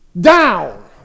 down